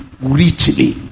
richly